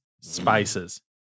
spices